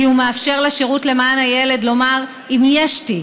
כי הוא מאפשר לשירות למען הילד לומר אם יש תיק.